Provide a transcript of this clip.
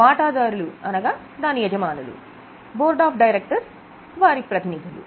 వాటాదారులు అనగా దాని యజమానులు బోర్డ్ ఆఫ్ డైరెక్టర్స్ వారి ప్రతినిధులు